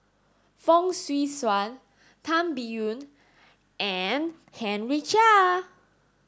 Fong Swee Suan Tan Biyun and Henry Chia